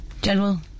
General